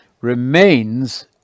remains